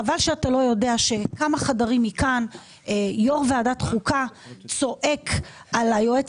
חבל שאתה לא יודע שכמה חדרים מכאן יושב ראש ועדת החוקה צועק על היועץ